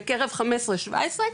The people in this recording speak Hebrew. בקרב 15-17,